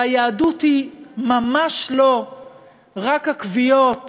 היהדות היא ממש לא רק הקביעות